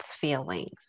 feelings